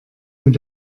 mit